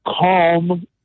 calm